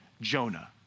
Jonah